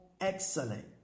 excellent